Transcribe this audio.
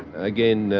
again,